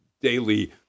daily